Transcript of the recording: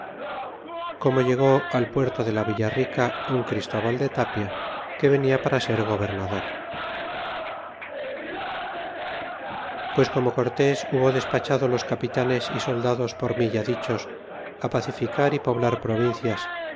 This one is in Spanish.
como llegó al puerto de la villa rica un cristóbal de tapia que venia para ser gobernador pues como cortés hubo despachado los capitanes y soldados por mí ya dichos a pacificar y poblar provincias